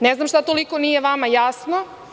Ne znam šta toliko nije vama jasno.